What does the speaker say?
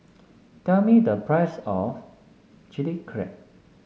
tell me the price of Chilli Crab